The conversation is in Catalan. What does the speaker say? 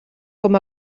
com